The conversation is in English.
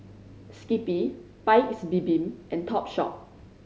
Skippy Paik's Bibim and Topshop